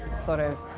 sort of.